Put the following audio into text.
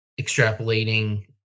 extrapolating